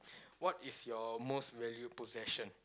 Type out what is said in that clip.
what is your most valued possession